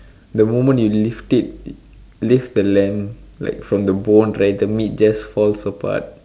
the moment you lift it lift the lamb like from the bone right the meat just falls apart